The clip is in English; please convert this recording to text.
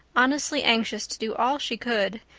honestly anxious to do all she could,